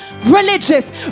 religious